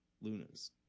Luna's